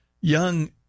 young